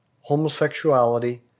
homosexuality